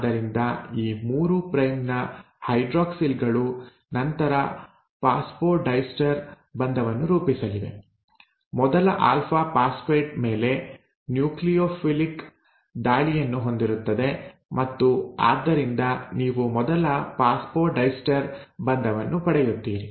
ಆದ್ದರಿಂದ ಈ 3 ಪ್ರೈಮ್ ನ ಹೈಡ್ರಾಕ್ಸಿಲ್ ಗಳು ನಂತರ ಫಾಸ್ಫೊಡೈಸ್ಟರ್ ಬಂಧವನ್ನು ರೂಪಿಸಲಿವೆ ಮೊದಲ ಆಲ್ಫಾ ಫಾಸ್ಫೇಟ್ ಮೇಲೆ ನ್ಯೂಕ್ಲಿಯೊಫಿಲಿಕ್ ದಾಳಿಯನ್ನು ಹೊಂದಿರುತ್ತದೆ ಮತ್ತು ಆದ್ದರಿಂದ ನೀವು ಮೊದಲ ಫಾಸ್ಫೊಡೈಸ್ಟರ್ ಬಂಧವನ್ನು ಪಡೆಯುತ್ತೀರಿ